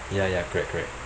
ya ya correct correct